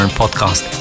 podcast